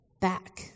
back